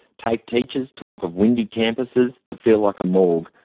tafe teachers talk of windy campuses that feel like a morgue,